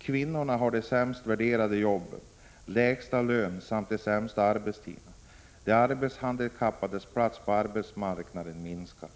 Kvinnorna har de sämst värderade jobben, lägsta lönen samt de sämsta arbetstiderna. De arbetshandikappades plats på arbetsmarknaden minskar.